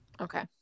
Okay